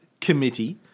Committee